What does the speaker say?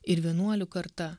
ir vienuolių karta